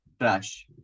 trash